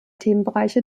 themenbereiche